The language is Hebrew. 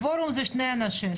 קוורום זה שני אנשים.